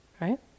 Right